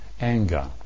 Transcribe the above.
anger